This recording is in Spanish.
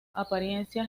apariencia